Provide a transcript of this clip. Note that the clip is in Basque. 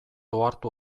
ohartu